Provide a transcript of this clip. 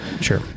Sure